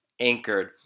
anchored